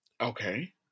Okay